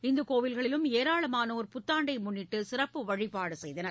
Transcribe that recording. இந்துக் கோவில்களிலும் ஏராளமானோர் புத்தாண்டை முன்னிட்டு சிறப்பு வழிபாடு செய்தனர்